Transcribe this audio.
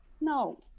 No